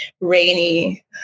rainy